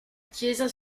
chiesa